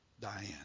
Diane